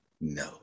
No